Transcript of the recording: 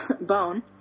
bone